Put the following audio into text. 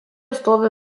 stovi